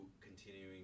continuing